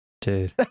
Dude